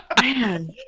Man